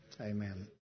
Amen